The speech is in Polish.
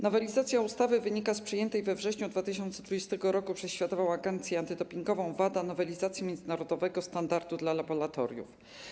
Nowelizacja ustawy wynika z przyjętej we wrześniu 2020 r. przez Światową Agencję Antydopingową, WADA, nowelizacji międzynarodowego standardu dla laboratoriów.